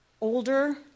older